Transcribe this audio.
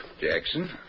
Jackson